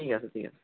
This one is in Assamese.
ঠিক আছে ঠিক আছে